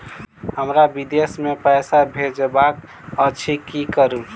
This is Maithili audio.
हमरा विदेश मे पैसा भेजबाक अछि की करू?